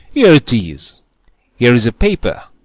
here tis here's a paper.